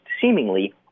seemingly